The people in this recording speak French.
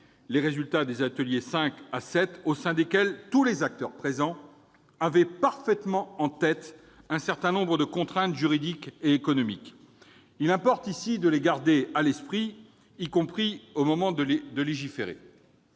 les résultats des ateliers 5 à 7 au sein desquels tous les acteurs présents avaient parfaitement en tête un certain nombre de contraintes juridiques et économiques. Il importe de les garder à l'esprit, y compris au moment de légiférer.